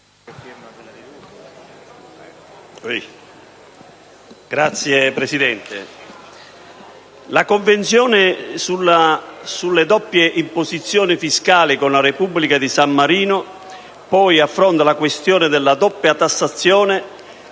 Signor Presidente, la Convenzione sulle doppie imposizioni fiscali con la Repubblica di San Marino affronta anche la questione della doppia tassazione.